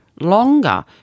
longer